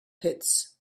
pits